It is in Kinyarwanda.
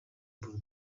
bull